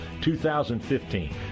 2015